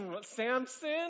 Samson